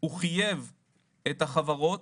הוא חייב את החברות